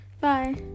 Bye